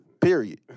Period